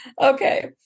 Okay